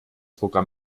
programm